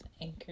Anchor